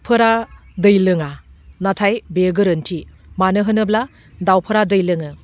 फोरा दै लोङा नाथाय बेयो गोरोन्थि मानो होनोब्ला दाउफोरा दै लोङो